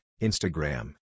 Instagram